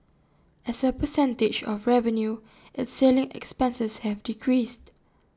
as A percentage of revenue its selling expenses have decreased